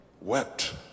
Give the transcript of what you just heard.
wept